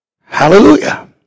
Hallelujah